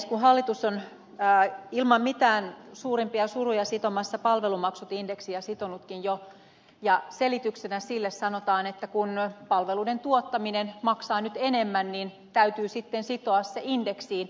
kun hallitus on ilman mitään suurempia suruja sitomassa palvelumaksut indeksiin ja sitonutkin jo niin selityksenä sille sanotaan että kun palveluiden tuottaminen maksaa nyt enemmän niin täytyy sitten sitoa se indeksiin